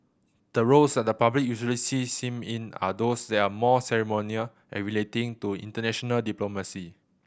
the roles that the public usually sees him in are those that are more ceremonial and relating to international diplomacy